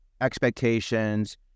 expectations